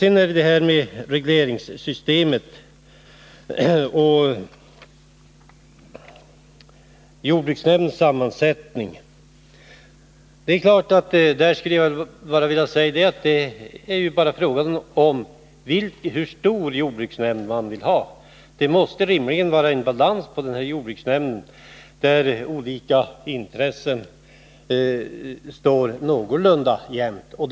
Sedan till det här regleringssystemet och jordbruksnämndens sammansättning. Det är klart att det är fråga om hur stor jordbruksnämnd man vill ha. Det måste rimligen vara en balans i jordbruksnämnden, så att olika intressen väger någorlunda jämnt där.